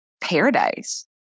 paradise